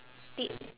tip